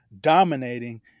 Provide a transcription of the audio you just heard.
dominating